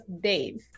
Dave